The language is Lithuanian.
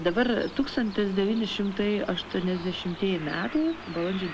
dabar tūkstantis devyni šimtai aštuoniasdešimtieji metai balandžio